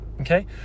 Okay